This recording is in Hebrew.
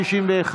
61,